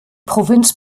provinz